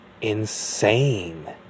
insane